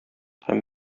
һәм